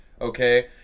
okay